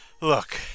Look